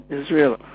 Israel